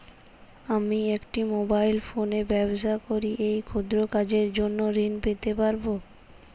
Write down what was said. আমি একটি মোবাইল ফোনে ব্যবসা করি এই ক্ষুদ্র কাজের জন্য ঋণ পেতে পারব?